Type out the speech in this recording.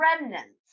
remnants